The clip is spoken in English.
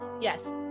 Yes